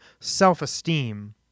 self-esteem